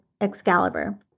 Excalibur